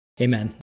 Amen